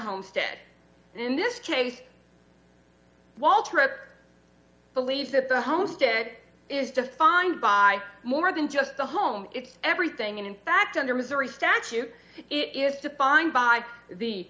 homestead in this case waltrip believes that the host it is defined by more than just the home it's everything and in fact under missouri statute it is defined by the